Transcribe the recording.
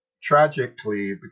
tragically